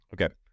Okay